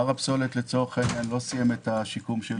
הר הפסולת לא סיים את השיקום שלו.